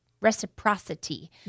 reciprocity